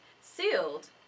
sealed